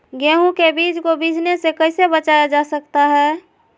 गेंहू के बीज को बिझने से कैसे बचाया जा सकता है?